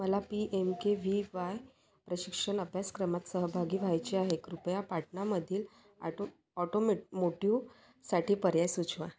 मला P M K V Y प्रशिक्षण अभ्यासक्रमात सहभागी व्हायचे आहे कृपया पाटणामधील आटो ऑटोमेट मोटिव साठी पर्याय सुचवा